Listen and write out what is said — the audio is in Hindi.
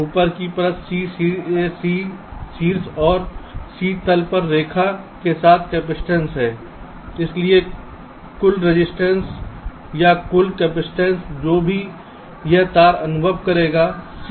ऊपर की परत C शीर्ष और C तल पर रेखा के साथ कपसिटंस है इसलिए कुल रजिस्टेंस या कुल कपसिटंस जो कि यह तार अनुभव करेगा C होगा